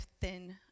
thin